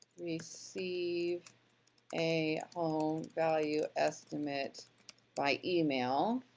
receive a home value estimate by email.